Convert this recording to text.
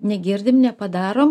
negirdim nepadarom